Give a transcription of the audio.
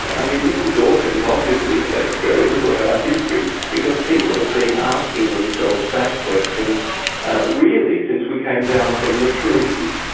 i mean, mr dawkins obviously knows very little about history, because people have been asking themselves that question really since we came down from the trees.